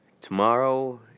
Tomorrow